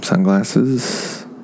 Sunglasses